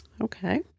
Okay